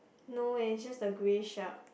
no eh it's just the grey shirt